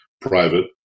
private